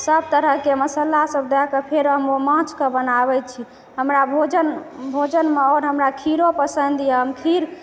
सब तरहके मसाला सब दए कऽ फेर हम ओ माछके हम बनाबै छी हमरा भोजन भोजन आओर हमरा खीरो पसन्द यऽ